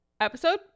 episode